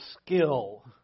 skill